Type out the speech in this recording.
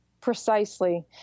Precisely